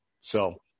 So-